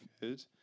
good